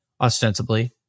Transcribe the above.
ostensibly